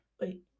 Wait